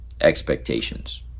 expectations